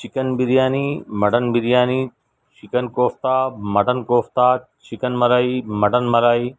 chicken biryani mutton biryani chicken kofta mutton kofta chicken malai mutton malai